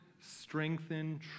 strengthened